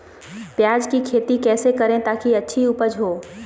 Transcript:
प्याज की खेती कैसे करें ताकि अच्छी उपज हो?